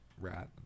rat